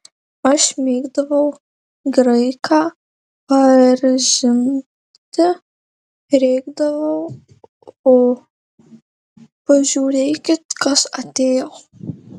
aš mėgdavau graiką paerzinti rėkdavau o pažiūrėkit kas atėjo